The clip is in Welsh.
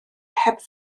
heb